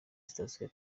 station